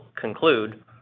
conclude